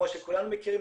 כמו שכולנו מכירים,